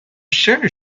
sure